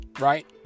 Right